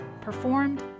performed